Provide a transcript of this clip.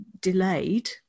delayed